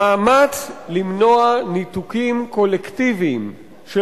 המאמץ למנוע ניתוקים קולקטיביים של